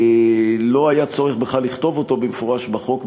לא היה צורך בכלל לכתוב אותו במפורש בחוק,